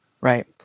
Right